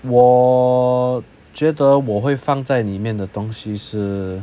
我觉得我会放在里面的东西是